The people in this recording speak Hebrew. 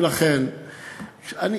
ולכן אני